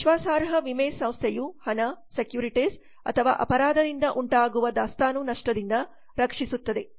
ವಿಶ್ವಾಸಾರ್ಹ ವಿಮೆ ಸಂಸ್ಥೆಯು ಹಣ ಸೆಕ್ಯುರಿಟೀಸ್ ಅಥವಾ ಅಪರಾಧದಿಂದ ಉಂಟಾಗುವ ದಾಸ್ತಾನು ನಷ್ಟದಿಂದ ರಕ್ಷಿಸುತ್ತದೆ